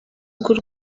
bw’u